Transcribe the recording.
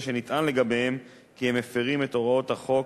שנטען לגביהן כי הן מפירות את הוראות החוק